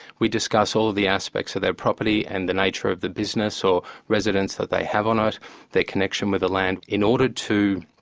we discuss all of the aspects of their property and the nature of the business or residence that they have on it their connection with the land, in order to